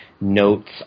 notes